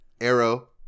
Arrow